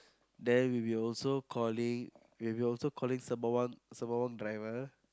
then we will also calling we will also calling Sembawang Sembawang driver